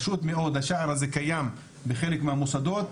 השער הזה קיים בחלק מהמוסדות,